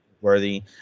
worthy